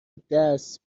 دست